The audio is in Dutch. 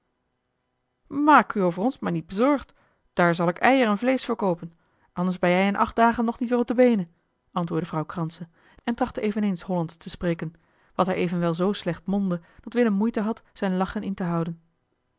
maak oe over ons maar niet bezorgd daar zal ik eier en vleesch voor koopen anders ben jij in acht dagen nog niet weer op de beene antwoordde vrouw kranse en trachtte eveneens hollandsch te spreken wat haar evenwel zoo slecht mondde dat willem moeite had zijn lachen in te houden